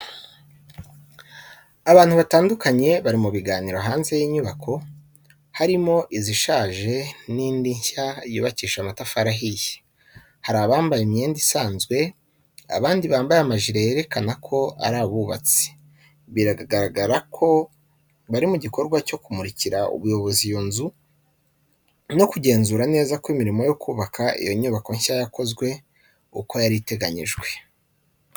Abantu batandukanye bari mu biganiro hanze y’inyubako harimo izishaje n'indi nshya yubakishije amatafari ahiye. Hari abambaye imyenda isanzwe, abandi bambaye amajire yerekana ko ari abubatsi. Bigaragara ko bari mu gikorwa cyo kumurikira ubuyobozi iyo nzu no kugenzura neza ko imirimo yo kubaka iyo nyubako nshya yakozwe uko yari iteganyijwe.